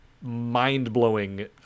Mind-blowing